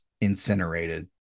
incinerated